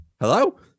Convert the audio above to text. hello